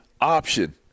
option